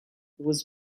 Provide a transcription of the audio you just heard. was